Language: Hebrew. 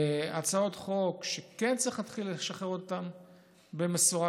והצעות חוק שכן צריך להתחיל לשחרר אותן במשורה,